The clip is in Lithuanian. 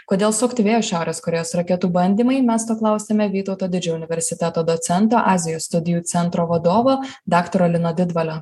kodėl suaktyvėjo šiaurės korėjos raketų bandymai mes paklausėme vytauto didžiojo universiteto docento azijos studijų centro vadovo daktaro lino didvalio